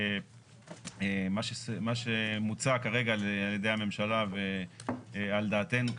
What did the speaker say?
מה שמוצע כרגע על ידי הממשלה ועל דעתנו,